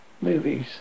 movies